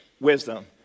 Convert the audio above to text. wisdom